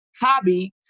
hobby